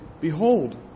Behold